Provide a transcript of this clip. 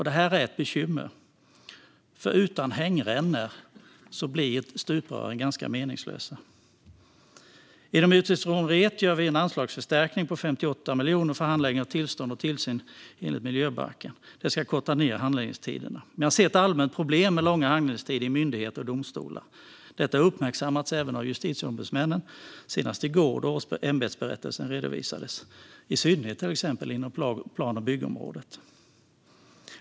Detta är ett bekymmer, för utan hängrännor blir stuprören meningslösa. Inom utgiftsområden 1 gör vi en anslagsförstärkning på 58 miljoner för handläggning av tillstånd och tillsyn enligt miljöbalken. Detta ska korta ned handläggningstiderna. Men jag ser ett allmänt problem med långa handläggningstider i myndigheter och domstolar. Detta har uppmärksammats även av Justitieombudsmannen, senast i går då ämbetsberättelsen redovisades. Det här gäller i synnerhet inom plan och byggområdet.